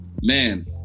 man